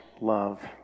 love